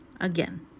again